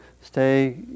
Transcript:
stay